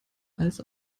als